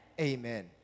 Amen